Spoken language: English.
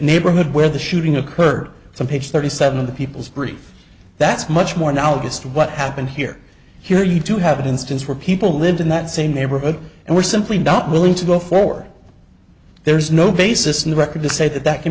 neighborhood where the shooting occurred some page thirty seven of the people's grief that's much more analogous to what happened here here you do have an instance where people lived in that same neighborhood and were simply not willing to go forward there is no basis in the record to say that that can